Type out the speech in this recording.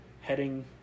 heading